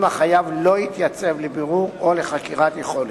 אם החייב לא התייצב לבירור או לחקירת יכולת.